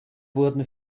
wurden